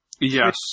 Yes